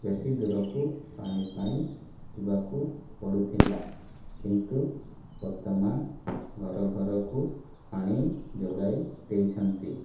ବେଶି ଦୂରକୁ ପାଣି ପାଇଁ ଯିବାକୁ ପଡ଼ୁଥିଲା କିନ୍ତୁ ବର୍ତ୍ତମାନ ଘର ଘରକୁ ପାଣି ଯୋଗାଇ ଦେଇଛନ୍ତି